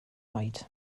oed